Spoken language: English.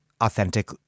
authentic